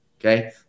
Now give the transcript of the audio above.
Okay